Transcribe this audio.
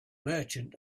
merchant